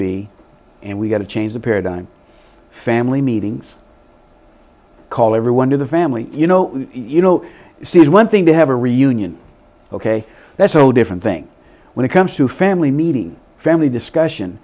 be and we've got to change the paradigm family meetings call everyone in the family you know you know see one thing to have a reunion ok that's a whole different thing when it comes to family meeting family discussion